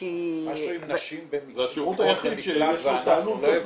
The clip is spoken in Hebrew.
כי -- זה השירות היחיד שיש לו ----- נשים